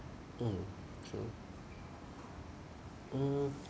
mm true mm